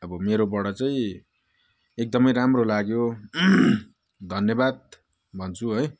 अब मेरोबाट चाहिँ एकदमै राम्रो लाग्यो धन्यवाद भन्छु है